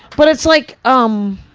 but it's like, um.